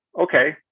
okay